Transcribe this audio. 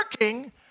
working